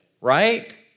Right